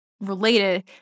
Related